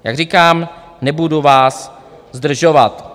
Jak říkám, nebudu vás zdržovat.